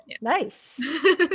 nice